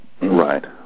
Right